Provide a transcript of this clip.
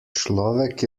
človek